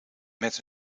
met